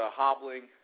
hobbling